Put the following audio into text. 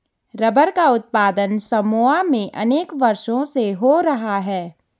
rubber का उत्पादन Samoa में अनेक वर्षों से हो रहा है